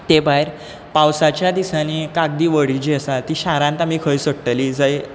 ते भायर पावसाच्या दिसांनी कागदीं व्हडीं जीं आसात तीं शारांत आमी खंय सोडटली जंय